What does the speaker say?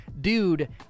dude